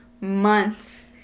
months